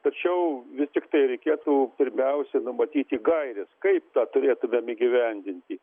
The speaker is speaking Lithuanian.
tačiau vis tiktai reikėtų pirmiausia numatyti gaires kaip tą turėtumėme įgyvendinti